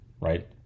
Right